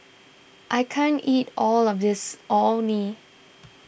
I can't eat all of this Orh Nee